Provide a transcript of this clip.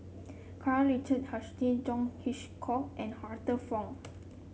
Karl Richard Hanitsch John Hitchcock and Arthur Fong